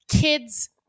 kids